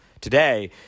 today